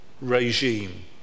regime